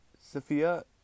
Sophia